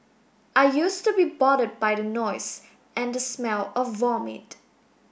I used to be bothered by the noise and the smell of vomit